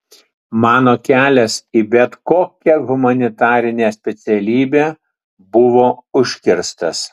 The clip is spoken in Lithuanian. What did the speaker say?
mano kelias į bet kokią humanitarinę specialybę buvo užkirstas